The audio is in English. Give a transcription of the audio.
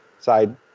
side –